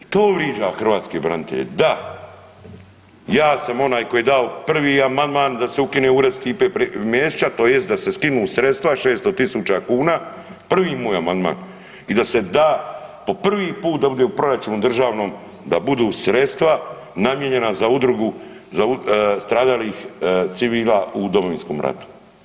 I to vriđa hrvatske branitelje, da ja sam onaj koji je dao prvi amandman da se ukine ured Stipe Mesića tj. da se skinu sredstva 600.000 kuna, prvi moj amandman i da se da po prvi put da bude u proračunu državnom da budu sredstva namijenjena za Udrugu stradalih civila u Domovinskom ratu.